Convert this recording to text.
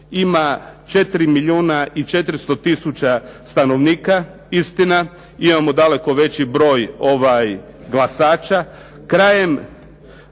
ima 4 milijuna i 400000 stanovnika. Istina, imamo daleko veći broj glasača.